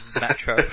Metro